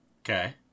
Okay